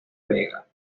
vega